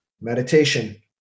meditation